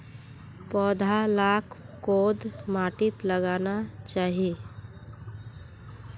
पौधा लाक कोद माटित लगाना चही?